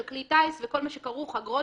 נחוש וחכם.